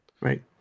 right